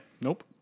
Nope